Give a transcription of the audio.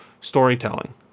storytelling